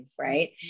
right